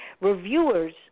reviewers